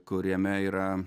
kuriame yra